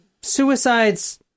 suicides